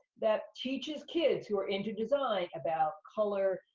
that teaches kids who are into design about color,